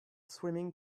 swimming